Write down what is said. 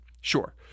Sure